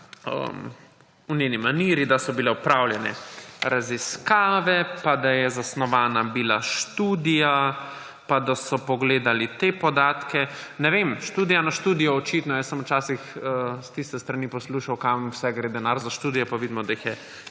v njeni maniri – da so bile opravljene raziskave pa da je bila zasnovana študija pa da so pogledali te podatke. Ne vem, študija na študijo, očitno. Jaz sem včasih s tiste strani poslušal, kam vse gre denar za študije, pa vidimo, da jih je